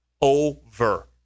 over